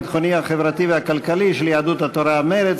הביטחוני, החברתי והכלכלי, של יהדות התורה ומרצ.